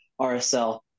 RSL